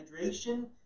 hydration